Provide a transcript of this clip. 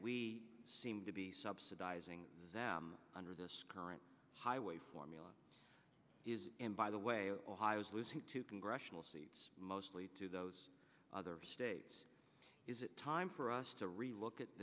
we seem to be subsidizing them under this current highway formula and by the way ohio is losing two congressional seats mostly to those other states is it time for us to relook at